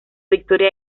victoria